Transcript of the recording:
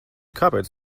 kāpēc